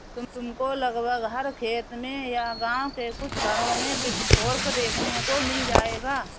तुमको लगभग हर खेत में या गाँव के कुछ घरों में पिचफोर्क देखने को मिल जाएगा